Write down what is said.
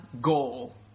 goal